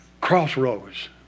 crossroads